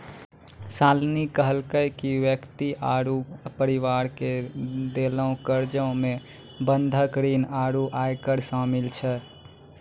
शालिनी कहलकै कि व्यक्ति आरु परिवारो के देलो कर्जा मे बंधक ऋण आरु आयकर शामिल छै